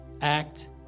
act